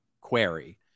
query